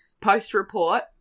post-report